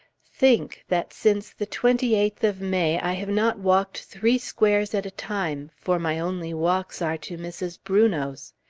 think, that since the twenty eighth of may, i have not walked three squares at a time, for my only walks are to mrs. brunot's!